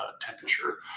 temperature